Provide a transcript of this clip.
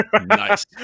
nice